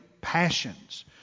passions